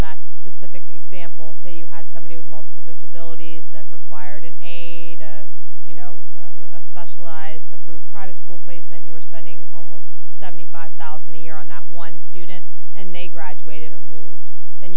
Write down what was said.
that specific example say you had somebody with multiple disabilities that required a you know a specialized approved private school placement you were spending almost seventy five thousand a year on that one student and they graduated or moved th